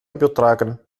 übertragen